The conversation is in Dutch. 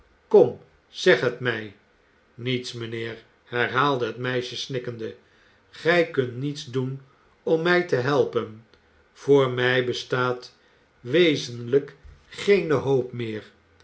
kom zeg het mij niets mijnheer herhaalde het meisje snikkende gij kunt niets doen om mij te helpen voor mij bestaat wezenlijk geene hoop meer